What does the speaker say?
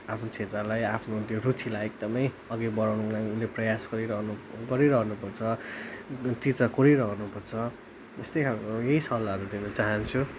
आफ्नो क्षेत्रलाई आफ्नो त्यो रुचिलाई एकदमै अघि बढाउनुको लागि उसले प्रयास गरिरहनु गरिरहनु पर्छ चित्र कोरिरहनु पर्छ त्यस्तै खालको यही सल्लाहहरू दिन चाहन्छु